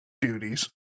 duties